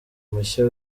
mushya